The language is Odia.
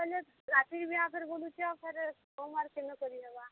ରାତିର୍ ବିହା ଆଉ ଫେର୍ ବଲୁଛେ ଆଉ ଫେର୍ କେନ କରିହେବା